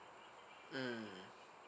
mm